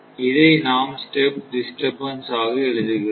இதை நாம் step disturbance ஆக எழுதுகிறோம்